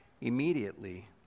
immediately